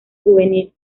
juvenil